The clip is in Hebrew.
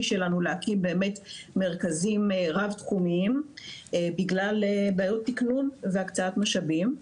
שלנו להקים מרכזים רב-תחומיים בגלל בעיות תקנון והקצאת משאבים.